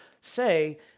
say